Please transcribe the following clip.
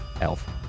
elf